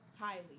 Highly